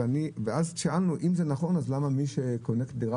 ואז שאלנו אם זה נכון אז למה מי שקונה דירה